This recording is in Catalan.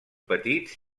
petits